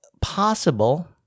possible